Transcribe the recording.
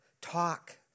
talk